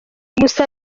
gusa